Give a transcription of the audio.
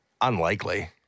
unlikely